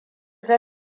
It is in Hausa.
ta